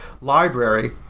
library